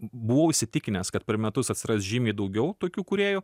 buvau įsitikinęs kad per metus atsiras žymiai daugiau tokių kūrėjų